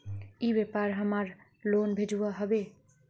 ई व्यापार हमार लोन भेजुआ हभे?